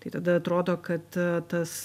tai tada atrodo kad tas